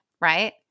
right